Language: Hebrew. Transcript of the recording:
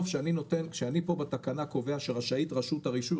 כשאני בתקנה קובע שרשאית רשות הרישוי,